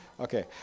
Okay